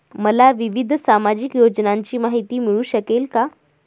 मला विविध सामाजिक योजनांची माहिती मिळू शकेल का?